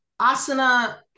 Asana